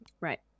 Right